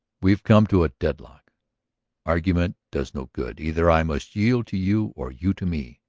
we have come to a deadlock argument does no good. either i must yield to you or you to me.